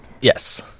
Yes